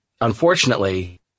unfortunately